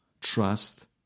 Trust